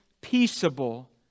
peaceable